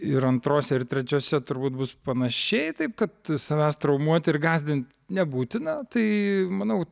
ir antrose ir trečiose turbūt bus panašiai taip kad savęs traumuoti ir gąsdint nebūtina tai manau